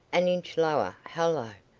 an inch lower hallo!